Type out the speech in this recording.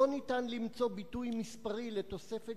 אין אפשרות למצוא ביטוי מספרי לתוספת